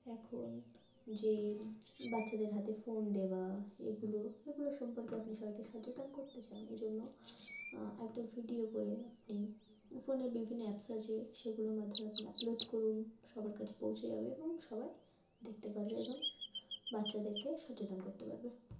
এখন যে বাচ্চাদের হাতে ফোন দেওয়া এগুলো এগুলো সম্পর্কে আপনি সবাইকে সচেতন করতে চান এজন্য একটা ভিডিও করে আপনি ফোনে বিভিন্ন অ্যাপস আছে সেগুলোর মাধ্যমে আপনি আপলোড করুন সবার কাছে পৌঁছে যাবে এবং সবাই দেখতে পারবে এবং বাচ্চাদেরকে সচেতন করতে পারবে